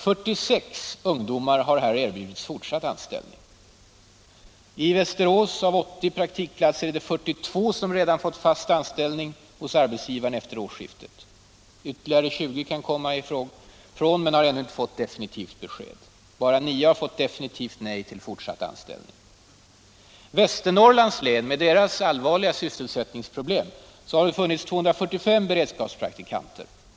46 ungdomar har här erbjudits fortsatt anställning. I Västerås har på 80 praktikplatser 42 ungdomar fått fast anställning hos arbetsgivaren efter årsskiftet. Ytterligare 20 kan komma i fråga men har ännu inte fått definitivt besked. Bara 9 har fått definitivt nej till fortsatt anställning. I Västernorrlands län med dess allvarliga sysselsättningsproblem har det funnits 245 beredskapspraktikanter.